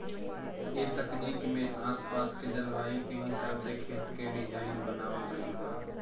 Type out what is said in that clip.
ए तकनीक में आस पास के जलवायु के हिसाब से खेत के डिज़ाइन बनावल गइल बा